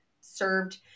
served